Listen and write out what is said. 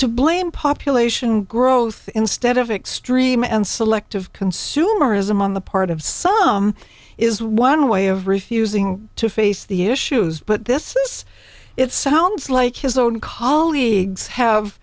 to blame population growth instead of extreme and selective consumerism on the part of some is one way of refusing to face the issues but this it sounds like his own colleagues have